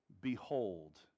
behold